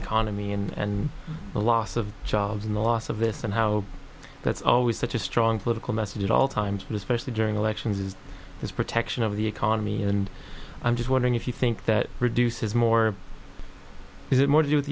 economy and the loss of jobs and the loss of this and how that's always such a strong political message at all times from especially during elections is this protection of the economy and i'm just wondering if you think that produces more is it more to do with